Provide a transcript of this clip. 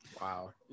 wow